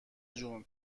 جون